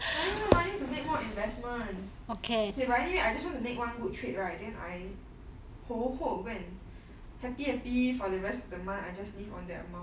I need more money to make more investments okay but anyways I just want to make one good trade right then I [ho] [ho] go and happy happy for the rest of the month I just live on that amount